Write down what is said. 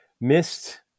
missed